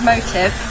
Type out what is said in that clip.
Motive